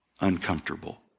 uncomfortable